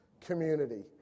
community